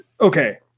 okay